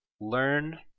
learn